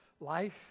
Life